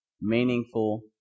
meaningful